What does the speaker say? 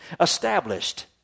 established